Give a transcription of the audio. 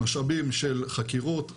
משאבים של חקירות וכולי,